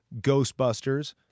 Ghostbusters